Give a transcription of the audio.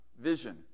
vision